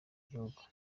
gihugu